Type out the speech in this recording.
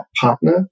partner